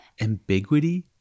Ambiguity